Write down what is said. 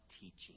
teaching